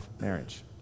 marriage